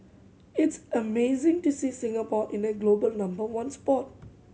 it's amazing to see Singapore in the global number one spot